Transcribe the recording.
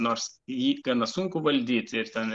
nors jį gana sunku valdyti ir ten